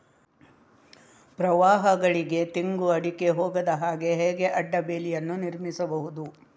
ಪ್ರವಾಹಗಳಿಗೆ ತೆಂಗು, ಅಡಿಕೆ ಹೋಗದ ಹಾಗೆ ಹೇಗೆ ಅಡ್ಡ ಬೇಲಿಯನ್ನು ನಿರ್ಮಿಸಬಹುದು?